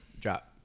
Drop